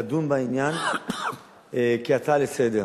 לדון בעניין כהצעה לסדר-היום.